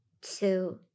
two